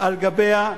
על גבה.